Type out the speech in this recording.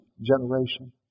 generation